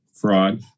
fraud